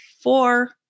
four